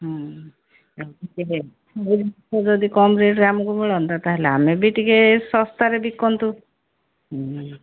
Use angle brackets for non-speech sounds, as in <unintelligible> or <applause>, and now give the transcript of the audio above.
ହୁଁ ଯଦି <unintelligible> ସବୁ ଜିନିଷ ଯଦି କମ ରେଟ୍ରେ ଆମକୁ ମିଳନ୍ତା ତାହେଲେ ଆମେ ବି ଟିକେ ଶସ୍ତାରେ ଟିକେ ବିକନ୍ତୁ ହୁଁ